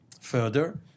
further